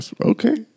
Okay